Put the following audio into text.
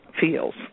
feels